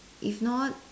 if not